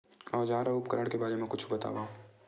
औजार अउ उपकरण के बारे मा कुछु बतावव?